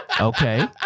Okay